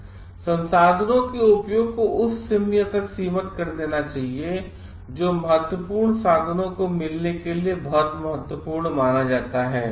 संसाधनों के उपयोग को उस सीमा तक सीमित किया जाना चाहिए जो महत्वपूर्ण साधनों के मिलने के लिए बहुत महत्वपूर्ण माना जाता है